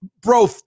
bro